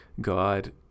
God